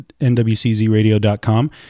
nwczradio.com